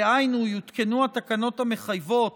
דהיינו יותקנו התקנות המחייבות